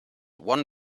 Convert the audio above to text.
one